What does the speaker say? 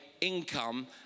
income